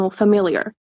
familiar